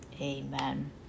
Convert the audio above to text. amen